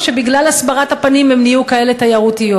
או שבגלל הסברת הפנים הן נהיו כאלה תיירותיות.